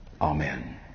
Amen